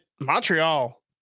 Montreal